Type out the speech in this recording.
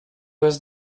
was